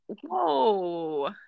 whoa